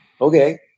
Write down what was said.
okay